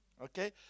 Okay